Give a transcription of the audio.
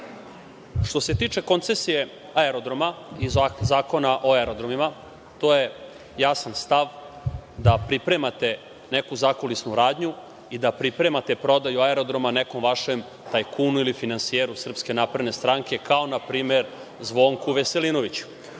se tiče koncesije aerodroma i zakona o aerodromima, to je jasan stav da pripremate neku zakulisnu radnju i da pripremate prodaju aerodroma nekom vašem tajkunu ili finansijeru SNS, kao na primer Zvonku Veselinoviću. Što